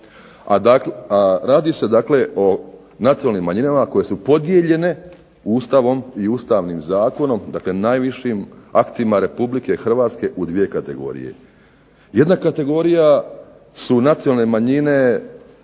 a radi se dakle o nacionalnim manjinama koje su podijeljene Ustavom i Ustavnim zakonom, dakle najvišim aktima Republike Hrvatske u dvije kategorije. Jedna kategorija su nacionalne manjine